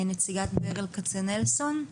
נציגת ברל כצנלסון,